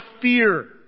fear